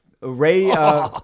Ray